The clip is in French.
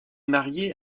marié